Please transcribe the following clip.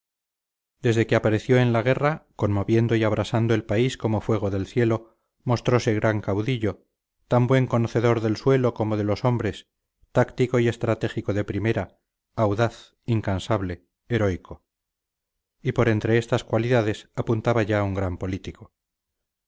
desde que apareció en la guerra conmoviendo y abrasando el país como fuego del cielo mostrose gran caudillo tan buen conocedor del suelo como de los hombres táctico y estratégico de primera audaz incansable heroico y por entre estas cualidades apuntaba ya un gran político